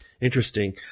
Interesting